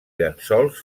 llençols